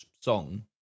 song